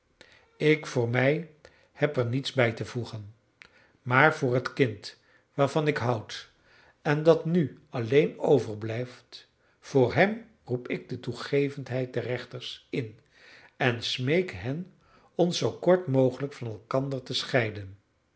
ik voor mij heb er niets bij te voegen maar voor het kind waarvan ik houd en dat nu alleen overblijft voor hem roep ik de toegevendheid der rechters in en smeek hen ons zoo kort mogelijk van elkander te scheiden